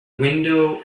window